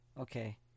okay